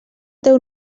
teu